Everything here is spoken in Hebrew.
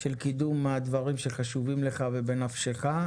של קידום הדברים שחשובים לך ובנפשך,